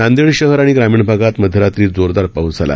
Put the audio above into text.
नांदेड शहर आणि ग्रामीण भागात मध्यरात्री जोरदार पाऊस झाला